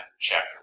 chapter